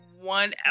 one